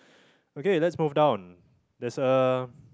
okay let's move down there's a